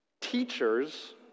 teachers